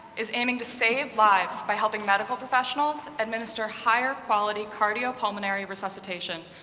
is aiming to save lives by helping medical professionals administer higher-quality cardiopulmonary resuscitation,